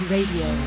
Radio